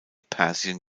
persien